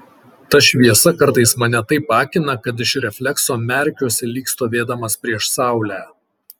ta šviesa kartais mane taip akina kad iš reflekso merkiuosi lyg stovėdamas prieš saulę